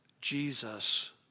Jesus